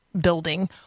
building